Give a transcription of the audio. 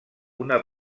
una